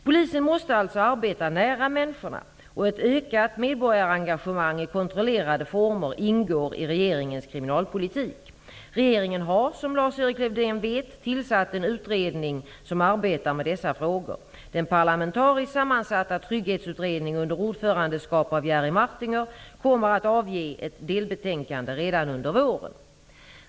Polisen måste alltså arbeta nära människorna, och ett ökat medborgarengagemang i kontrollerade former ingår i regeringens kriminalpolitik. Regeringen har, som Lars-Erik Lövdén vet, tillsatt en utredning som arbetar med dessa frågor. Den parlamentariskt sammansatta Jerry Martinger kommer att avge ett delbetänkande redan under våren.